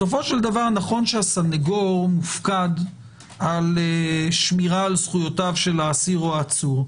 נכון שהסנגור מופקד על שמירה על זכויותיו של האסיר או העצור,